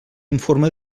informe